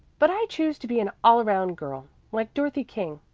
but i choose to be an all-around girl, like dorothy king.